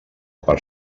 part